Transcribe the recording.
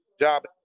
job